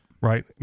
right